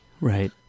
right